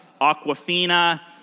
Aquafina